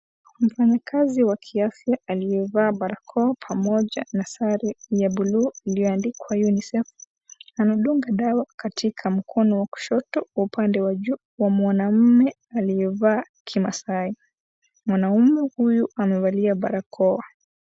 Mfanyakazi wa kiafya aliyevaa barakoa pamoja na sare ya bulu iliyoandikwa UNICEF, andunga dawa katika mkono wa kushoto upande wa juu wa mwanamme aliyevaa kimaasai, mwanamme huyu amevalia barakoa.